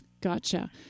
Gotcha